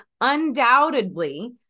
Undoubtedly